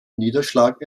niederschlag